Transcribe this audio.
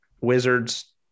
Wizards